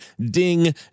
DING